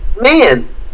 man